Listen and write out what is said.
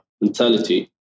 mentality